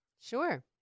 Sure